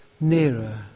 nearer